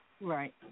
Right